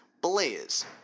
Blaze